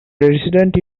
residents